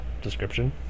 description